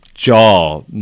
Jaw